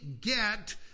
get